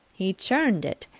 he churned it.